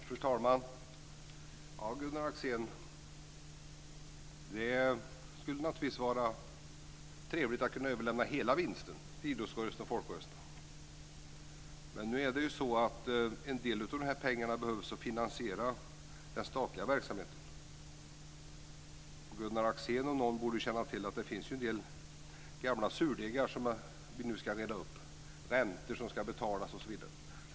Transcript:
Fru talman! Det skulle naturligtvis, Gunnar Axén, vara trevligt att kunna överlämna hela vinsten till idrottsrörelsen och folkrörelserna. Men nu behövs en del av de här pengarna för att finansiera den statliga verksamheten. Gunnar Axén om någon borde känna till att det finns en del gamla surdegar som vi nu ska reda upp, räntor som ska betalas osv.